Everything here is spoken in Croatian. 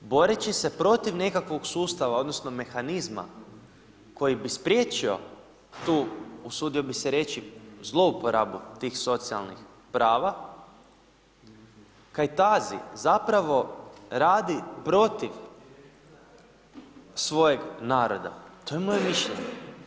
Boreći se protiv nekakvog sustava odnosno mehanizma koji bi spriječio tu usudio bi se reći zlouporabu tih socijalnih prava, Kajtazi zapravo radi protiv svojeg naroda, to je moje mišljenje.